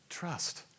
Trust